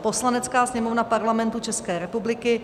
Poslanecká sněmovna Parlamentu České republiky